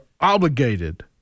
obligated